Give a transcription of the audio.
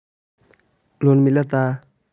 Loan मिलता?